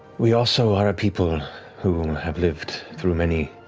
we also are a people who have lived through many